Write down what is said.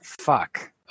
Fuck